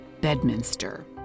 Bedminster